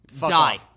die